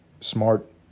Smart